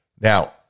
Now